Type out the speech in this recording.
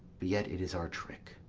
but yet it is our trick